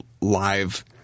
live